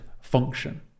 function